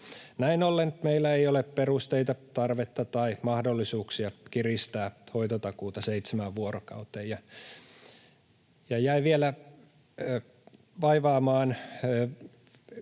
Näin ollen meillä ei ole perusteita, tarvetta tai mahdollisuuksia kiristää hoitotakuuta seitsemään vuorokauteen. Jäi vielä vaivaamaan